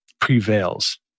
prevails